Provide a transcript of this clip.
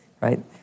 Right